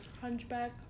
Hunchback